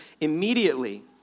immediately